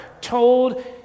told